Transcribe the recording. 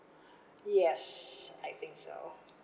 yes I think so